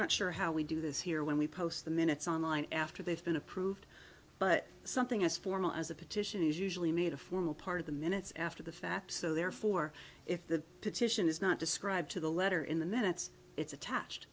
not sure how we do this here when we post the minutes on line after they've been approved but something as formal as a petition is usually made a formal part of the minutes after the fact so therefore if the petition is not described to the letter in the minutes it's attached